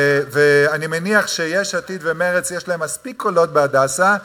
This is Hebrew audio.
אני מניח שיש עתיד ומרצ יש להם מספיק קולות ב"הדסה",